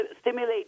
stimulate